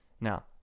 Now